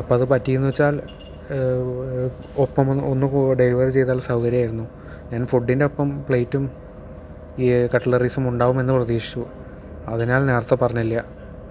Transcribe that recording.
അപ്പോൾ അത് പറ്റിയെന്ന് വച്ചാൽ ഒപ്പം ഒന്ന് ഒന്നു ഡെലിവറി ചെയ്താൽ സൗകര്യമായിരുന്നു ഞാൻ ഫുഡിൻ്റെ ഒപ്പം പ്ലേറ്റും ഈ കട്ട്ലറീസും ഉണ്ടാവുമെന്ന് പ്രതീക്ഷിച്ചു അതിനാൽ നേരത്തെ പറഞ്ഞില്ല